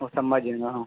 हो संभाजी नं हो